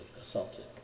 assaulted